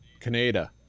Canada